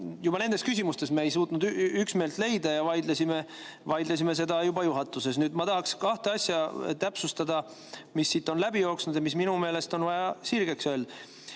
Juba nendes küsimustes me ei suutnud üksmeelt leida ja vaidlesime nende üle juhatuses. Ma tahaks täpsustada kahte asja, mis siit on läbi jooksnud ja mis minu meelest on vaja sirgeks